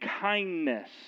kindness